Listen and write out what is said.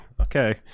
Okay